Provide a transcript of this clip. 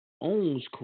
owns